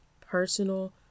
personal